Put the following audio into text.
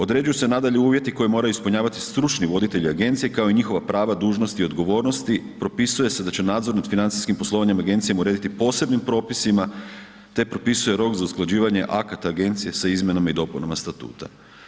Određuju se nadalje uvjeti koje moraju ispunjavati stručni voditelji agencije kao i njihova prava, dužnosti i odgovornosti propisuje se da će nadzor nad financijskim poslovanje agencije urediti posebnim propisima te propisuje rok za usklađivanje akata agencije sa izmjenama i dopunama statuta.